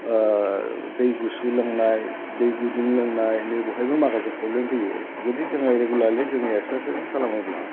दै गुसु लोंनाय दै गुदुं लोंनाय नै बेवहायबो माखासे प्रब्लेम फैयो जुदि जोङो रेगुलारलि जोंनि एक्सारसायसखौ खालामोब्ला